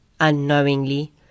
Unknowingly